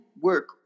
work